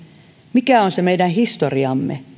mikä on meidän historiamme